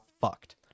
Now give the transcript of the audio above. fucked